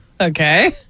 Okay